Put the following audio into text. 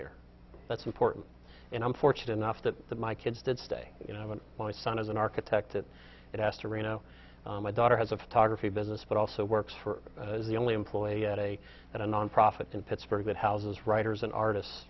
there that's important and i'm fortunate enough that my kids did stay you know when my son is an architect that it has to reno my daughter has a photography business but also works for the only employee at a at a nonprofit in pittsburgh that houses writers and artist